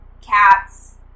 cats